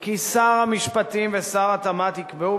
כי שר המשפטים ושר התמ"ת יקבעו,